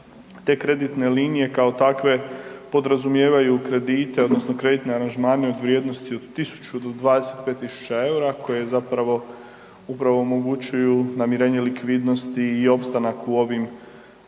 Te kreditne linije kao takve podrazumijevaju kredite odnosno kreditne aranžmane u vrijednosti od 1.000 do 25.000 EUR-a koje zapravo upravo omogućuju namirenje likvidnosti i opstanak u ovim